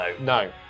no